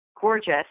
gorgeous